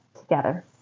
together